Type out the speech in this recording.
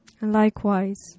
Likewise